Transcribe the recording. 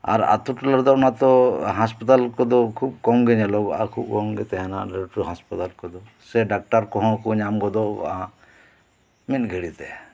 ᱟᱨ ᱟᱹᱛᱩ ᱴᱚᱞᱟ ᱨᱮᱫᱚ ᱚᱱᱟ ᱛᱳ ᱦᱟᱥᱯᱟᱛᱟᱞ ᱠᱚᱫᱚ ᱠᱷᱩᱵ ᱠᱚᱢ ᱜᱮ ᱧᱮᱞᱚᱜᱚᱜᱼᱟ ᱠᱷᱩᱵ ᱠᱚᱢ ᱜᱮ ᱛᱟᱦᱮᱱᱟ ᱞᱟᱹᱴᱩ ᱦᱟᱥᱯᱟᱛᱟᱞ ᱠᱚᱫᱚ ᱥᱮ ᱰᱟᱠᱛᱟᱨ ᱠᱚᱦᱚᱸ ᱠᱚ ᱧᱟᱢ ᱜᱚᱫᱚᱜᱼᱟ ᱢᱤᱫ ᱜᱷᱟᱹᱲᱤᱡ ᱛᱮ